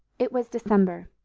it was december,